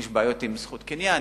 יש בעיות עם זכות קניין,